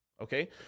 Okay